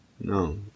No